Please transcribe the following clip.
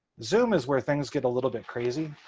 zoom is where things get a little bit crazy.